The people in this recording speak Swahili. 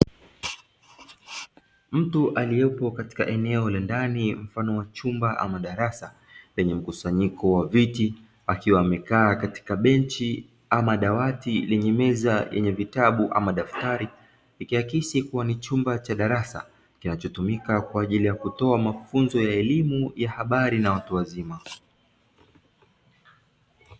Mtu aliyepo katika eneo la ndani mfano wa chumba ama darasa lenye mkusanyiko wa viti, akiwa amekaa katika benchi ama dawati lenye meza yenye vitabu ama daftari. Ikiakisi kuwa ni chumba cha darasa kinachotumika kwa ajili ya kutoa mafunzo ya elimu ya habari na watu wazima.